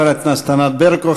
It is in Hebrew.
תודה לחברת הכנסת ענת ברקו.